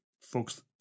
folks